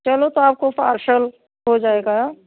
चलो तो आपको पार्शल हो जाएगा